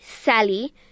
Sally